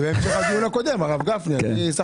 על כל